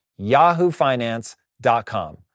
yahoofinance.com